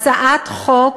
הצעת חוק